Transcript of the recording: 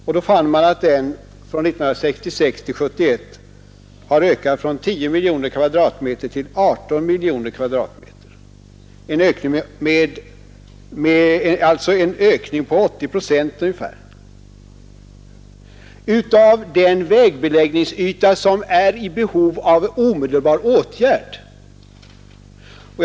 Därvid fann man att den ytan från 1966 till 1971 har ökat från 10 miljoner kvadratmeter till 18 miljoner kvadratmeter, alltså en ökning med ungefär 80 procent av den vägbeläggningsyta som är i behov av omedelbara åtgärder.